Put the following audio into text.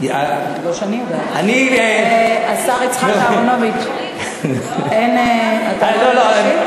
אני, השר יצחק אהרונוביץ, אתה עולה להשיב?